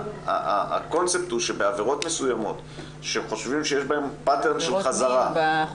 הקונספט הוא שבעבירות מסוימות שחושבים שיש בהן דפוס של חזרה,